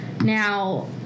Now